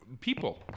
people